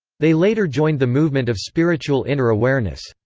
they later joined the movement of spiritual inner awareness.